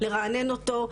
לרענן אותו,